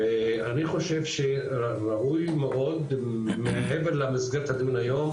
ואני חושב שראוי מאוד מעבר למסגרת הדיון היום,